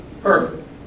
Perfect